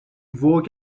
woke